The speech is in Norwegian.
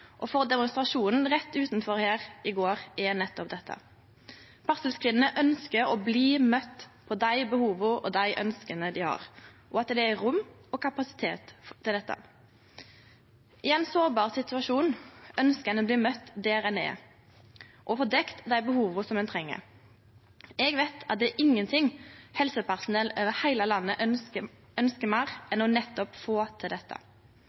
demonstrasjonen som var rett utanfor her i går, er nettopp dette. Barselkvinnene ønskjer å bli møtte med dei behova og ønska dei har, og at det er rom og kapasitet til dette. I ein sårbar situasjon ønskjer ein å bli møtt der ein er, og få dekt dei behova ein har. Eg veit at det er ingenting helsepersonell over heile landet ønskjer meir enn nettopp å få til dette.